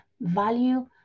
value